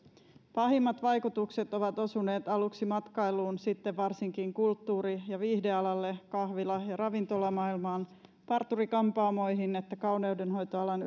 pahimmat vaikutukset ovat osuneet aluksi matkailuun sitten varsinkin kulttuuri ja viihdealalle kahvila ja ravintolamaailmaan parturi kampaamoihin ja kauneudenhoitoalan